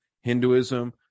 Hinduism